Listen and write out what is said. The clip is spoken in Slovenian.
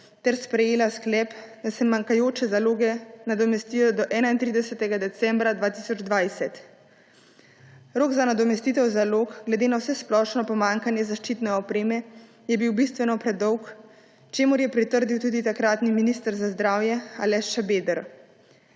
ter sprejela sklep, da se manjkajoče zaloge nadomestijo do 31. decembra 2020. Rok za nadomestitev zalog je bil glede na vsesplošno pomanjkanje zaščitne opreme bistveno predolg, čemur je pritrdil tudi takratni minister za zdravje Aleš Šabeder.